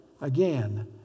again